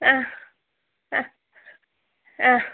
ആ ആ ആ